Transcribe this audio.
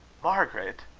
margaret!